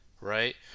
right